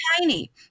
tiny